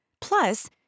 Plus